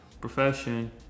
profession